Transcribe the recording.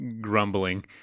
grumbling